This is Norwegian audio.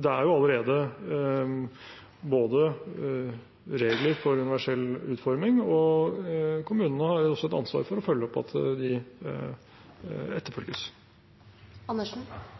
Det er allerede både regler for universell utforming og et ansvar hos kommunene for å følge opp at de